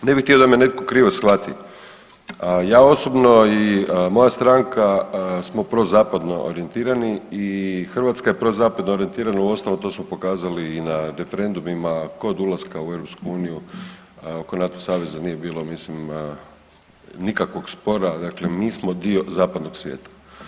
Ne bih htio da me netko krivo shvati, ja osobno i moja stranka smo prozapadno orijentirani i Hrvatska je prozapadno orijentirana uostalom to smo pokazali i na referendumima kod ulaska u EU, oko NATO saveza nije bilo mislim nikakvog spora, dakle mi smo dio zapadnog svijeta.